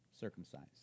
circumcised